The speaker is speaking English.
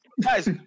guys